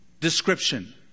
description